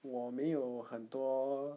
我没有很多